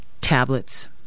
tablets